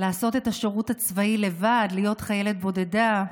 לעשות את השירות הצבאי לבד, להיות חיילת בודדה,